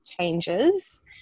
changes